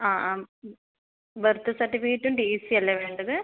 ആ ആ ബർത്ത് സർട്ടിഫിക്കറ്റും ടി സിയല്ലേ വേണ്ടത്